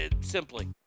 simply